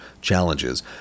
challenges